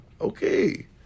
Okay